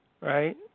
right